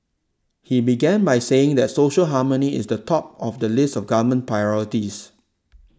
he began by saying that social harmony is the top of the list of government priorities